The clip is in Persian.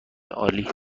عالی